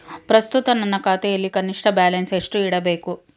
ಪ್ರಸ್ತುತ ನನ್ನ ಖಾತೆಯಲ್ಲಿ ಕನಿಷ್ಠ ಬ್ಯಾಲೆನ್ಸ್ ಎಷ್ಟು ಇಡಬೇಕು?